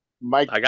Mike